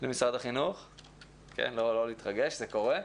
למשרד החינוך, כן, לא להתרגש, זה קורה,